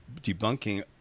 debunking